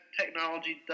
technology